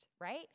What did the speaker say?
right